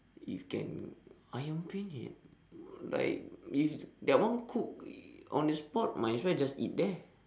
if can ayam-penyet like if that one cook on the spot might as well just eat there